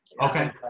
okay